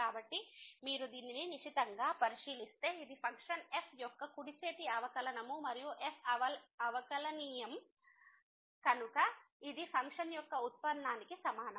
కాబట్టి మీరు దీనిని నిశితంగా పరిశీలిస్తే ఇది ఫంక్షన్ f యొక్క కుడి చేతి అవకలనము మరియు f అవకలనియమం differentiable డిఫరెన్షియబల్ కనుక ఇది ఫంక్షన్ యొక్క ఉత్పన్నానికి సమానం